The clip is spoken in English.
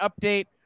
update